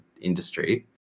industry